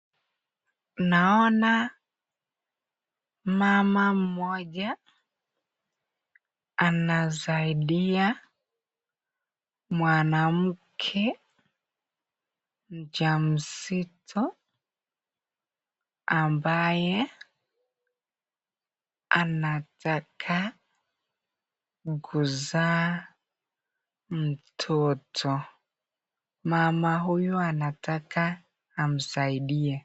Naona mama mmoja anasaidia mwanamke mja mzito ambaye anataka kuzaa mtoto. Mama huyu anataka amsaidie.